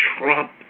trump